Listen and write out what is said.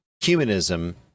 humanism